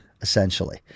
essentially